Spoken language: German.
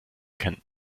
kennen